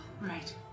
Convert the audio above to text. Right